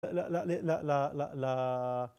ל...